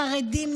חרדים,